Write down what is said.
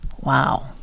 wow